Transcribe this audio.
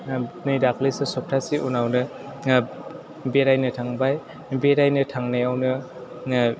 ओह नै दाख्लिसो सबथासे उनावनो ओह बेरायनो थांबाय बेरायनो थांनायावनो